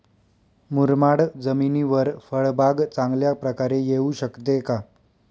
मुरमाड जमिनीवर फळबाग चांगल्या प्रकारे येऊ शकते का?